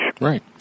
Right